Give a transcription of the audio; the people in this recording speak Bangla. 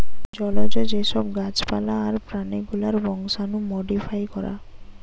জলজ যে সব গাছ পালা আর প্রাণী গুলার বংশাণু মোডিফাই করা